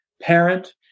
parent